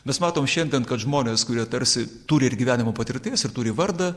mes matom šiandien kad žmonės kurie tarsi turi ir gyvenimo patirties ir turi vardą